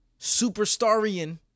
superstarian